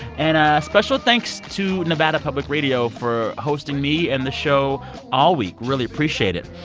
and a special thanks to nevada public radio for hosting me and the show all week. really appreciate it.